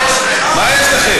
מה יש לך?